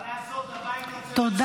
מה לעשות, הבית הזה הוציא